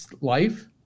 life